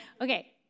Okay